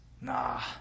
Nah